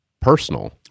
personal